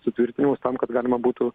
sutvirtinimus tam kad galima būtų